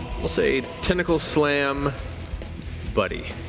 we'll say, tentacle slam buddy.